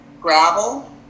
Gravel